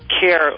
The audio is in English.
care